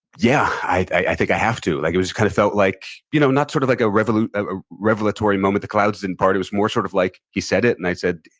yeah. i think i have to. like it kind of felt like you know not sort of like a revelatory ah revelatory moment. the clouds didn't part. it was more sort of like he said it, and i said,